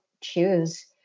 choose